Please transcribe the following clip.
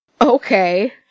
Okay